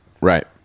right